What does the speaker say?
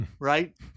right